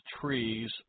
trees